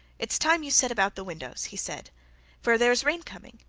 it's time you set about the windows he said for there's rain coming,